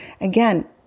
again